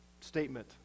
statement